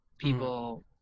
People